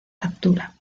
factura